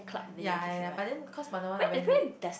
yea yea yea but then cause Wanna One are very lead